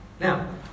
Now